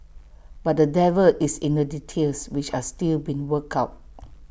but the devil is in the details which are still being worked out